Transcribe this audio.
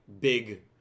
big